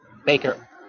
Baker